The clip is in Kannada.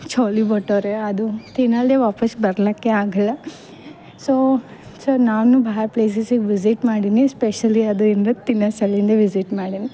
ಚೋಲೆ ಬಟೂರೆ ಅದು ತಿನಾಲ್ದೇ ವಾಪಾಸ್ ಬರ್ಲಿಕ್ಕೆ ಆಗೋಲ್ಲ ಸೊ ಸೊ ನಾನು ಭಾಳ ಪ್ಲೇಸಸ್ಸಿಗೆ ವಿಸಿಟ್ ಮಾಡೀನಿ ಸ್ಪೆಶಲಿ ಅದು ಏನರ ತಿನ್ನೋ ಸಲಿಂದ ವಿಸಿಟ್ ಮಾಡೀನಿ